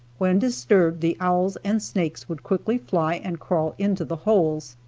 when disturbed the owls and snakes would quickly fly and crawl into the holes.